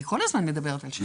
אני כל הזמן מדברת על שנה הבאה.